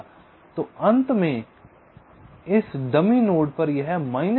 और अंत में इस डमी नोड पर यह 035 है